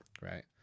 Right